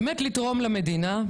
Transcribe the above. באמת לתרום למדינה,